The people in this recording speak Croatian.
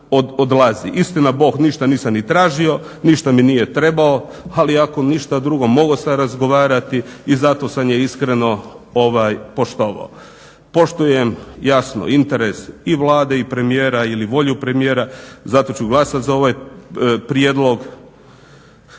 Istina bog, ništa nisam ni tražio, ništa mi nije trebao, ali ako ništa drugo mogao sam razgovarati i zato sam je iskreno poštovao. Poštujem jasno interes i Vlade i premijera ili volju premijera, zato ću glasati za ovaj prijedlog.